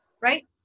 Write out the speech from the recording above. right